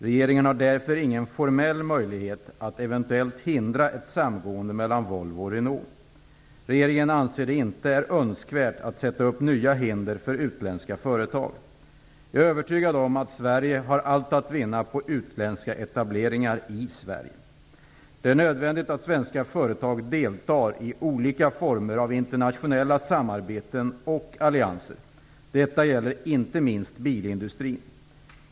Regeringen har därför ingen formell möjlighet att eventuellt hindra ett samgående mellan Volvo och Renault. Regeringen anser att det inte är önskvärt att sätta upp nya hinder för utländska företag. Jag är övertygad om att Sverige har allt att vinna på utländska etableringar i Sverige. Det är nödvändigt att svenska företag deltar i olika former av internationella samarbeten och allianser. Detta gäller inte minst bilindustrin.